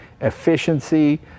efficiency